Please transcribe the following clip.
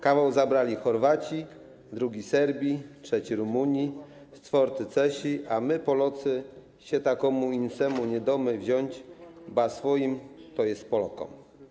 Kawoł zabrali Chorwaci, drugi Serbi, trzeci Rumuni, scworty Cesi, a my Polocy sie ta komu insemu nie domy wzionć, ba swoim, to jest Polokom.